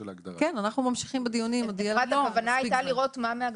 ממשיכים בדיונים, יהיה מספיק זמן.